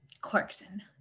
clarkson